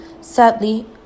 Sadly